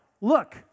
Look